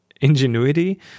ingenuity